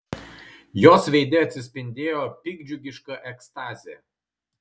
jos veide atsispindėjo piktdžiugiška ekstazė